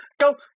Go